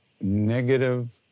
negative